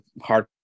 hard